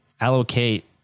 allocate